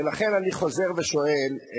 ולכן, אני חוזר ושואל.